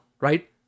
right